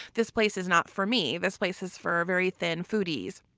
this place is not for me. this place is for very thin foodies.